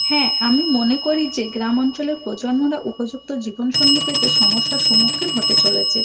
হ্যাঁ আমি মনে করি যে গ্রাম অঞ্চলের প্রজন্মরা উপযুক্ত জীবনসঙ্গী পেতে সমস্যার সম্মুখীন হতে চলেছে